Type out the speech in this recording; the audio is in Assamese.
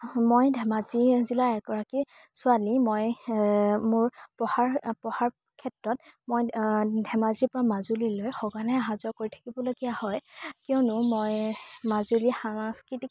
মই ধেমাজি জিলাৰ এগৰাকী ছোৱালী মই মোৰ পঢ়াৰ পঢ়াৰ ক্ষেত্ৰত মই ধেমাজিৰ পৰা মাজুলীলৈ সঘনে অহা যোৱা কৰি থাকিবলগীয়া হয় কিয়নো মই মাজুলী সাংস্কৃতিক